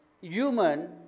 human